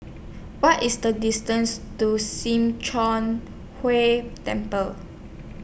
What IS The distance to SIM Choon Hui Temple